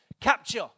capture